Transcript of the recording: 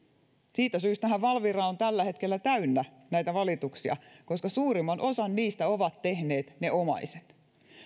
siitä syystähän valvira on tällä hetkellä täynnä näitä valituksia koska suurimman osan niistä ovat tehneet ne omaiset